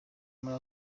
muri